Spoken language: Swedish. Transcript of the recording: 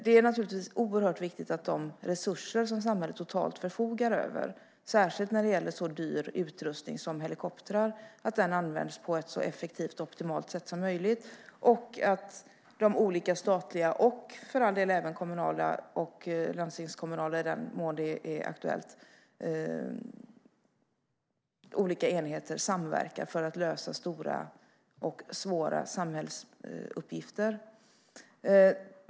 Det är naturligtvis oerhört viktigt att de resurser som samhället totalt förfogar över, särskilt när det gäller så dyr utrustning som helikoptrar, används på ett så effektivt och optimalt sätt som möjligt och att de olika statliga - och för all del även kommunala och landstingskommunala, i den mån det är aktuellt - enheterna samverkar för att lösa stora och svåra samhällsuppgifter.